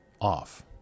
off